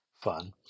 fun